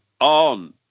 on